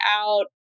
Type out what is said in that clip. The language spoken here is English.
out